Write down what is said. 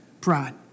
pride